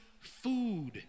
food